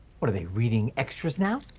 what, are they reading extras now?